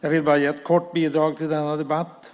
Jag vill bara ge ett kort bidrag till denna debatt.